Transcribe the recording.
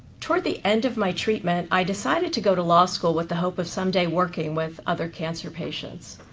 toward the end of my treatment, i decided to go to law school with the hope of someday working with other cancer patients.